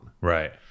Right